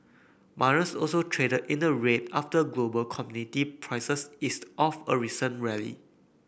miners also traded in the red after global commodity prices eased off a recent rally